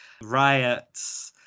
riots